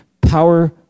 power